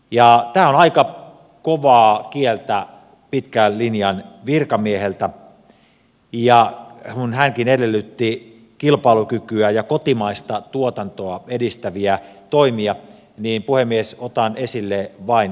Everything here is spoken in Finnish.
tämä on aika kovaa kieltä pitkän linjan virkamieheltä ja kun hänkin edellytti kilpailukykyä ja kotimaista tuotantoa edistäviä toimia puhemies otan esille vain kaksi